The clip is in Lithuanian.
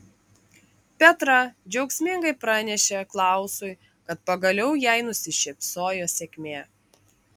petra džiaugsmingai pranešė klausui kad pagaliau jai nusišypsojo sėkmė